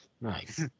Nice